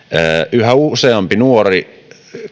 yhä useampi nuori